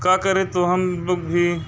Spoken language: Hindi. क्या करे तो हम लोग भी